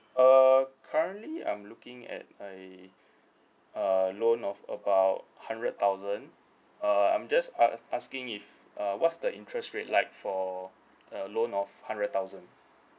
uh currently I'm looking at I uh loan of about hundred thousand uh I'm just a~ asking if uh what's the interest rate like for uh loan of hundred thousand